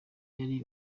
yari